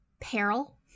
peril